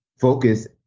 focus